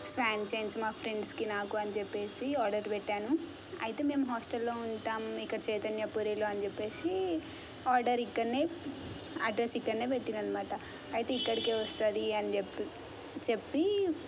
Schwann chains మా ఫ్రెండ్స్కి నాకు అని చెప్పేసి ఆర్డర్ పెట్టాను అయితే మేము హాస్టల్లో ఉంటాం ఇక్కడ చైతన్యపురిలో అని చెప్పేసి ఆర్డర్ ఇక్కడనే అడ్రస్ ఇక్కడనే పెట్టారు అన్నమాట అయితే ఇక్కడికే వస్తుంది అని చెప్పి చెప్పి